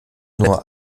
nur